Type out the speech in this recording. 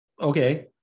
Okay